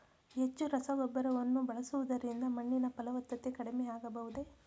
ಹೆಚ್ಚು ರಸಗೊಬ್ಬರವನ್ನು ಬಳಸುವುದರಿಂದ ಮಣ್ಣಿನ ಫಲವತ್ತತೆ ಕಡಿಮೆ ಆಗಬಹುದೇ?